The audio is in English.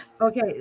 Okay